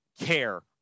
care